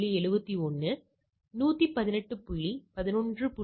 அந்த வழியில் மன்னிக்கவும் எதிர்பார்க்கப்பட்டவை ஒரு முனையில் பெறப்பட்டவை மற்றொரு முனையில்